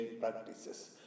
practices